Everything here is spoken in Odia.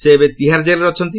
ସେ ଏବେ ତିହାର ଜେଲ୍ରେ ଅଛନ୍ତି